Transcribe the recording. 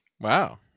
wow